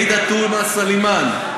עאידה תומא סלימאן,